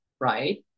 Right